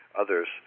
others